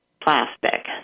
plastic